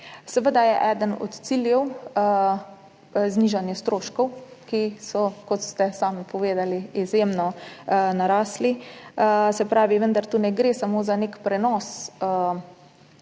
Seveda je eden od ciljev znižanje stroškov, ki so, kot ste sami povedali, izjemno narasli, vendar tu ne gre samo za nek prenos bremena